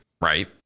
right